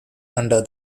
under